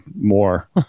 more